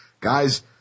Guys